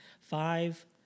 Five